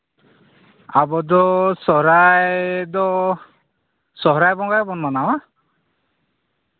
ᱟᱵᱚ ᱫᱚ ᱥᱚᱦᱚᱨᱟᱭ ᱫᱚ ᱥᱚᱦᱚᱨᱟᱭ ᱵᱚᱸᱜᱟ ᱜᱮᱵᱚᱱ ᱢᱟᱱᱟᱣᱟ